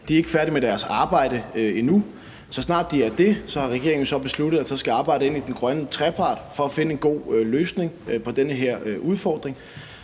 De er ikke færdige med deres arbejde endnu. Regeringen har besluttet, at så snart de er det, skal arbejdet ind i den grønne trepart, for at man kan finde en god løsning på den her udfordring.